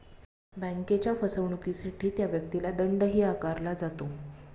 बँकेच्या फसवणुकीसाठी त्या व्यक्तीला दंडही आकारला जातो